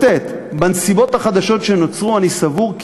"בנסיבות החדשות שנוצרו אני סבור כי